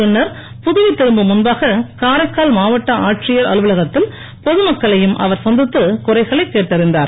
பின்னர் புதுவை திரும்பும் முன்பாக காரைக்கால் மாவட்ட ஆட்சியர் அலுவலகத்தில் பொதுமக்களையும் அவர் சந்தித்து குறைகளை கேட்டறிந்தார்